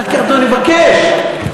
אני לא מפריע לך.